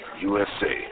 USA